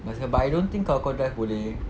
bicycle but I don't think kau kau drive boleh